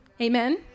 Amen